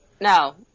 No